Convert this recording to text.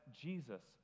Jesus